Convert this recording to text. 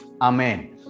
Amen